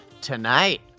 tonight